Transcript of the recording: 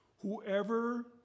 Whoever